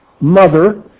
Mother